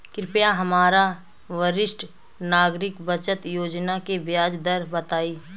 कृपया हमरा वरिष्ठ नागरिक बचत योजना के ब्याज दर बताई